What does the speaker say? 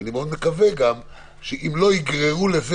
אני מאוד מקווה שאם לא יגררו לזה